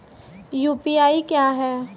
UPI क्या है?